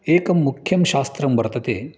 एकं मुख्यं शास्त्रं वर्तते